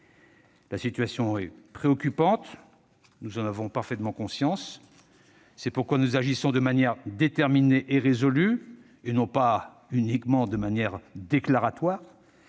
La situation est préoccupante ; nous en avons parfaitement conscience. C'est pourquoi nous agissons de manière déterminée et résolue, et non uniquement déclaratoire,